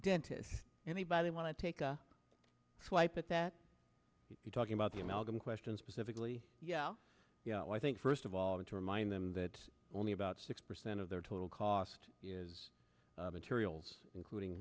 dentists anybody want to take a swipe at that if you're talking about the amalgam question specifically well i think first of all that to remind them that only about six percent of their total cost is materials including